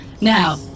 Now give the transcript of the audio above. Now